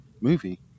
movie